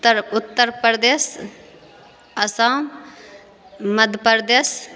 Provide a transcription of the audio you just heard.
Uttar Uttar Pradesh Assam Madhya Pradesh